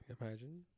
imagine